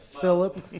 Philip